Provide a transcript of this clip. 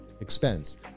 expense